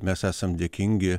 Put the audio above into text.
mes esam dėkingi